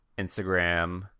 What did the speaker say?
Instagram